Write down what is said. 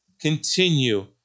continue